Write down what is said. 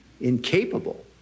incapable